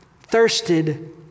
thirsted